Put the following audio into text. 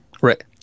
Right